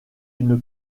une